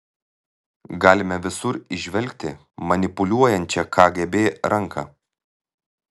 galime visur įžvelgti manipuliuojančią kgb ranką